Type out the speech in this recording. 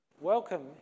Welcome